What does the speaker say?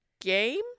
game